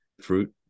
fruit